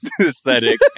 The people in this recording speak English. aesthetic